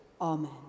Amen